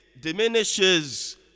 diminishes